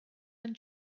and